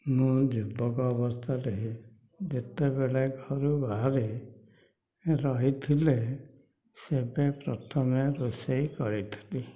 ମୁଁ ଯୁବକ ଅବସ୍ଥାରେ ଯେତେବେଳେ ଘରୁ ବାହାରେ ରହିଥିଲି ସେବେ ପ୍ରଥମେ ରୋଷେଇ କରିଥିଲି